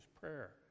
prayer